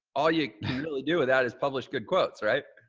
all you really do with that is publish good quotes, right?